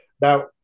Now